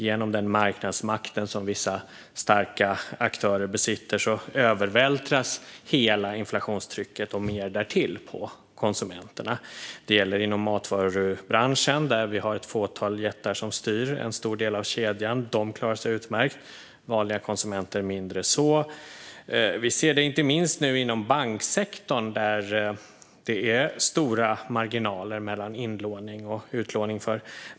Genom den marknadsmakt som vissa starka aktörer besitter övervältras hela inflationstrycket och mer därtill på konsumenterna. Detta gäller inom matvarubranschen, där vi har ett fåtal jättar som styr en stor del av kedjan. De klarar sig utmärkt, medan vanliga konsumenter klarar sig mindre bra. Vi ser det inte minst inom banksektorn, där bankerna har stora marginaler mellan inlåning och utlåning.